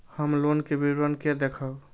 हम लोन के विवरण के देखब?